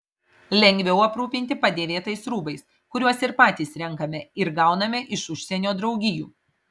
lengviau aprūpinti padėvėtais rūbais kuriuos ir patys renkame ir gauname iš užsienio draugijų